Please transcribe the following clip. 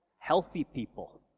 healthy people,